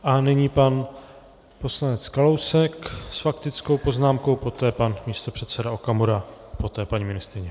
A nyní pan poslanec Kalousek s faktickou poznámkou, poté pan místopředseda Okamura, poté paní ministryně.